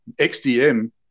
XDM